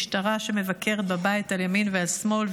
משטרה שמבקרת בבית על ימין ועל שמאל,